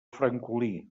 francolí